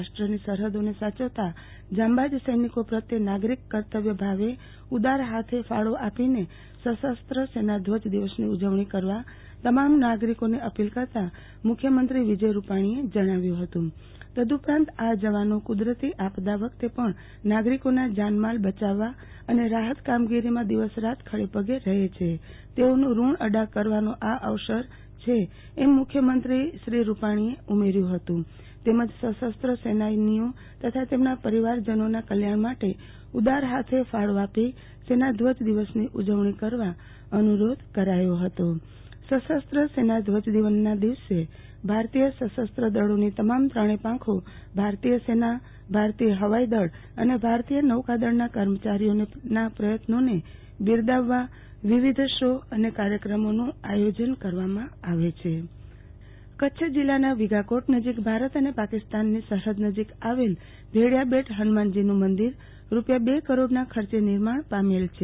રાષ્ટ્રની સા સરહદોને સાયવતા જાંબાઝ સૈનિકો પ્રત્યે નાગરીક કર્તવ્યભાવે ઉદારહાથે ફાળો આપીને સશસ્ત્ર સેના ધ્વજ દિવસની ઉજવણી કરવા તમામ નાગરીકોને અપીલ કરતા મુખ્યમંત્રી વિજય રૂપાણીએ જણાવ્યુ હતું તદ ઉપરાંત આ જવાનો કુદરતી આપદા વખતે પણ નાગરિકોના જાનમાલ બચાવવા અને રાહત કામગીરીમાં દિવસ રાત ખડેપગે રહે છે તેઓનું રૂણ અદા કરવાનો આ અવસર છે એમ મુખ્યમંત્રી રૂપાણીએ કહ્યુ હતું તેમજ સશસ્ત્રની સેનાની ઓ તથા તેમના પરિવારજનોમાં કલ્યાણ માટે ઉદાર હાથે ફાળો આપી સેનાધ્વજ દિવસની ઉજવણી કરવા અનુ રોધ કર્યો હતો સશસ્ત્ર સેના ધ્વજદિનના દિવસે ભારતીય સશસ્ત્ર દળોની તમામ ત્રણેય પાંખો ભારતીય સેના ભારતીય ફવાઈ દળ અને ભારતીય નૌકાદળના કર્મચારીઓને પ્રયત્નોને બિરદાવવા વિવિધ શો અને કાર્યક્રમોનું આયોજન કરવામાં આવે છે આરતીબેન ભદ્દ વિઘાકોટ હનુ માન મંદિર કચ્છ જિલ્લાના વિઘાકોટ નજીક ભારત અને પાકિસ્તાનની સરહદ નજીક આવેલ ભેડિયાબેટ હનુ માન્છીનું મંદિર રૂપિયા બે કરોડના ખર્ચે નિર્માણ પામેલ છે